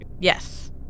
yes